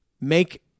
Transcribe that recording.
make